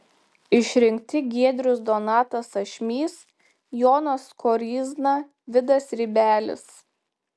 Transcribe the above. išrinkti giedrius donatas ašmys jonas koryzna vidas rybelis